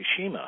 Fukushima